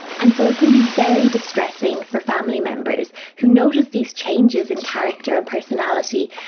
and so it can be very distressing for family members who notice these changes in character and personality,